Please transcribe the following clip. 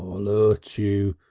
um i'll urt you.